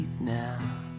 now